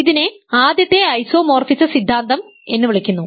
ഇതിനെ "ആദ്യത്തെ ഐസോമോർഫിസ സിദ്ധാന്തം" എന്ന് വിളിക്കുന്നു